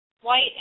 white